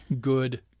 good